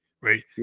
right